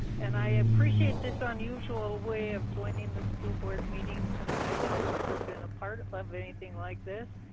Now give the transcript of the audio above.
and i appreciate this unusual way of joining the school board meeting tonight. i've never been a part of anything like this,